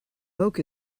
oak